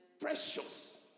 Precious